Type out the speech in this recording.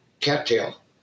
cattail